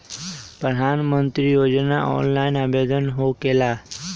प्रधानमंत्री योजना ऑनलाइन आवेदन होकेला?